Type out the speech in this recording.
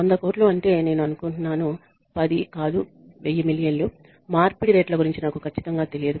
100 కోట్లు అంటే నేను అనుకుంటున్నాను 10 కాదు 1000 మిలియన్లు మార్పిడి రేట్ల గురించి నాకు ఖచ్చితంగా తెలియదు